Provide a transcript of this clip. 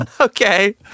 Okay